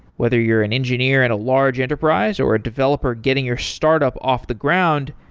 whether you're an engineer at a large enterprise, or a developer getting your startup off the ground,